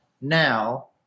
now